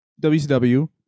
WCW